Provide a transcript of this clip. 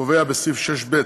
קובע בסעיף 6ב'